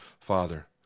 Father